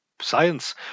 science